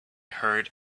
heard